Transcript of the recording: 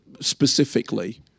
specifically